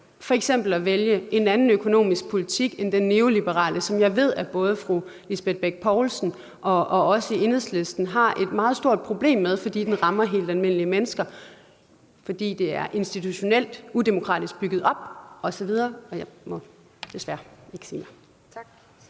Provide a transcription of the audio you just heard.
f.eks. at vælge en anden økonomisk politik end den neoliberale, som jeg ved at både fru Lisbeth Bech Poulsen og vi i Enhedslisten har et meget stort problem med, fordi den rammer helt almindelige mennesker – fordi det institutionelt er udemokratisk bygget op osv. Jeg må desværre ikke sige mere.